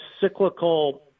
cyclical